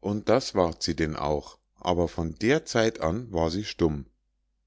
und das ward sie denn auch aber von der zeit an war sie stumm